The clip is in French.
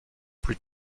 plus